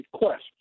request